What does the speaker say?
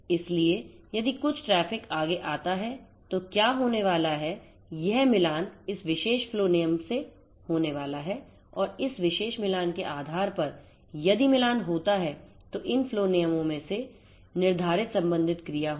इसलिए यदि कुछ ट्रैफ़िक आगे आता है तो क्या होने वाला है यह मिलान इस विशेष फ्लो नियम के से होने वाला है और इस विशेष मिलान के आधार पर यदि मिलान होता है तो इन फ्लो नियमों में निर्धारित संबंधित क्रिया होगी